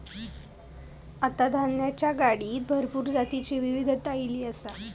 आता धान्याच्या गाडीत भरपूर जातीची विविधता ईली आसा